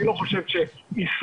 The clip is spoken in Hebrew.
אני לא חושב שאיסורים,